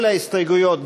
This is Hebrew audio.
כל ההסתייגויות,